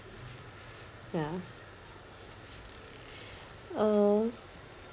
yeah um